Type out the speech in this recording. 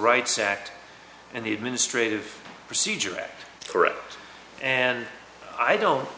rights act and the administrative procedure act correct and i don't